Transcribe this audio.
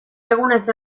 egunez